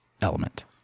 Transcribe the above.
element